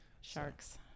Sharks